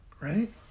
right